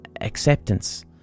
acceptance